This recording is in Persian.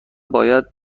باید